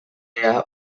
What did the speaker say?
egun